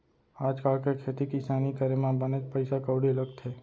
आज काल के खेती किसानी करे म बनेच पइसा कउड़ी लगथे